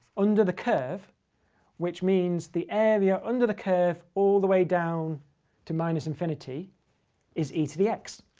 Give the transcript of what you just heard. under the curve which means the area under the curve all the way down to minus infinity is e to the x.